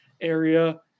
area